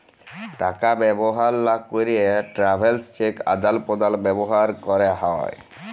টাকা ব্যবহার লা ক্যেরে ট্রাভেলার্স চেক আদাল প্রদালে ব্যবহার ক্যেরে হ্যয়